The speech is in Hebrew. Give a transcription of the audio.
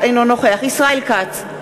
אינו נוכח ישראל כץ,